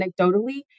anecdotally